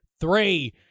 three